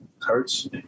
hurts